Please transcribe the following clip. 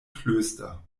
klöster